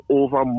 over